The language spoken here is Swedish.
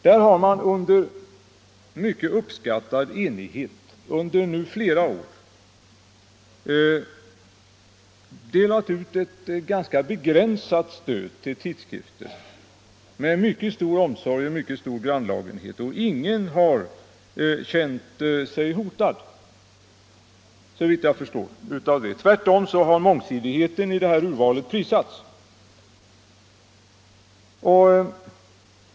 Där har man under mycket uppskattad enighet i flera år delat ut ett ganska begränsat stöd till tidskrifter — med mycket stor omsorg och mycket stor grann lagenhet. Ingen har känt sig hotad av det, såvitt jag förstår. Tvärtom har mångsidigheten i detta urval prisats.